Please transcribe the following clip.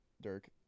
Dirk